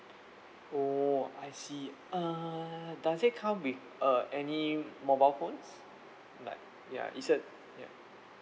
oh I see err does it come with uh any mobile phones like ya it's a yup